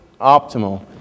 optimal